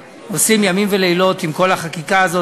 שעושים ימים ולילות עם כל החקיקה הזאת.